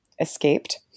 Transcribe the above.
escaped